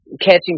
catching